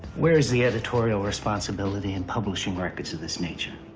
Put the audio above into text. where is the editorial responsibility in publishing records of this nature?